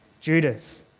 Judas